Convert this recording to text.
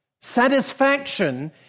satisfaction